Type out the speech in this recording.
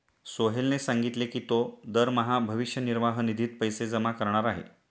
सोहेलने सांगितले की तो दरमहा भविष्य निर्वाह निधीत पैसे जमा करणार आहे